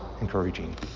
encouraging